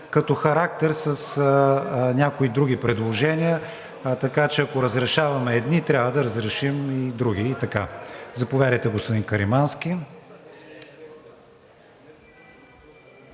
като характер с някои други предложения. Така че ако разрешаваме едни, трябва да разрешим и други. Заповядайте, господин Каримански.